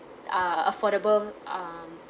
uh affordable um